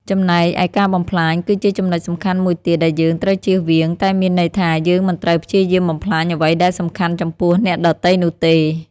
ចំណែកឯការបំផ្លាញ គឺជាចំណុចសំខាន់មួយទៀតដែលយើងត្រូវជៀសវាង តែមានន័យថា យើងមិនត្រូវព្យាយាមបំផ្លាញអ្វីដែលសំខាន់ចំពោះអ្នកដទៃនោះទេ។